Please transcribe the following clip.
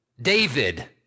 David